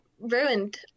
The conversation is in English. ruined